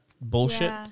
bullshit